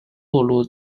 座落